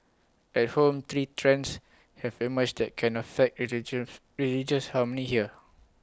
at home three trends have emerged that can affect religious harmony here